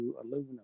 aluminum